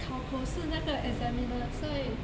考口试那个 examiner 所以